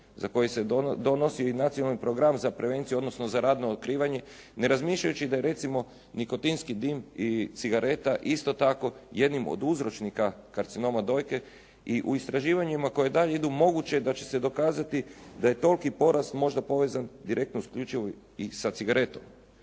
za koji se donosi Nacionalni program za prevenciju odnosno za rano otkrivanje, ne razmišljajući da je recimo nikotinski dim i cigareta isto tako jednim od uzročnika karcinoma dojke. I u istraživanjima koja dalje idu moguće je da će se dokazati da je toliki porast možda povezan direktno isključivo i sa cigaretom.